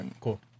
Cool